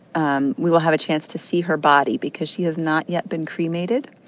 um we will have a chance to see her body because she has not yet been cremated.